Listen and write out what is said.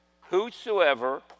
Whosoever